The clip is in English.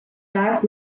back